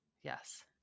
Yes